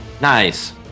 Nice